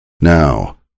Now